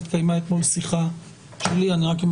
התקיימה אתמול שיחה שלי אני רק אומר